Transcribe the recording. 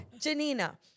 Janina